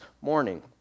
morning